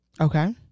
Okay